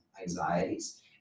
anxieties